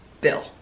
bill